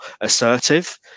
assertive